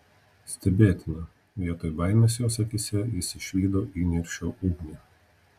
stebėtina vietoj baimės jos akyse jis išvydo įniršio ugnį